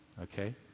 okay